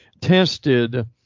tested